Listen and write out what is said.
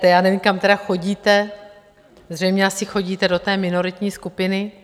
Já nevím, kam tedy chodíte, zřejmě asi chodíte do té minoritní skupiny.